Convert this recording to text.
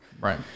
Right